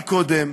אמרתי קודם,